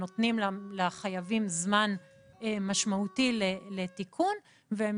הם נותנים לחייבים זמן משמעותי לתיקון והם